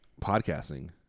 podcasting